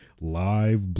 live